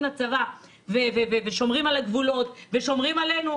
לצבא ושומרים על הגבולות ושומרים עלינו,